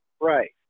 Right